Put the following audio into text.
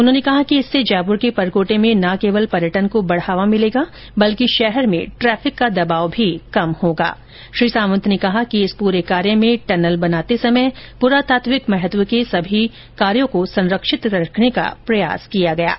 उन्होंने कहा कि इससे जयपुर के परकोटे में न केवल पर्यटन को बढ़ावा मिलेगा बल्कि शहर में ट्रैफिक का दबाव भी कम होगा श्री सांवत ने कहा कि इस पूरे कार्य में टनल बनाते समय पुरातात्विक महत्व की सभी वस्तुओं को संरक्षित करने का प्रयास किया गया है